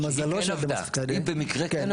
למזלו של דמאס פיקדה עבדה,